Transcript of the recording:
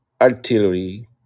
artillery